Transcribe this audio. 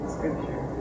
Scripture